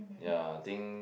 ya I think